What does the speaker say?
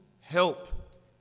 help